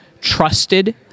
trusted